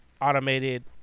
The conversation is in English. Automated